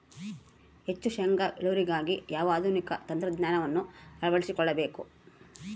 ಹೆಚ್ಚು ಶೇಂಗಾ ಇಳುವರಿಗಾಗಿ ಯಾವ ಆಧುನಿಕ ತಂತ್ರಜ್ಞಾನವನ್ನು ಅಳವಡಿಸಿಕೊಳ್ಳಬೇಕು?